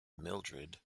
mildrid